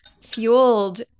fueled